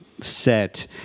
set